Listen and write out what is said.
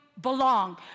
belong